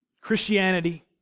Christianity